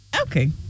Okay